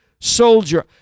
soldier